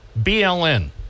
BLN